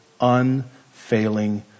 unfailing